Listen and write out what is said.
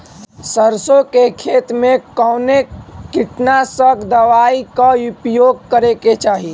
सरसों के खेत में कवने कीटनाशक दवाई क उपयोग करे के चाही?